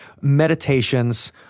meditations